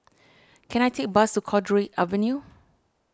can I take a bus to Cowdray Avenue